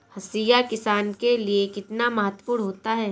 हाशिया किसान के लिए कितना महत्वपूर्ण होता है?